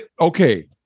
okay